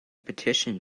petition